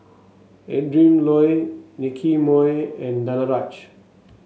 Adrin Loi Nicky Moey and Danaraj